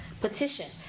petition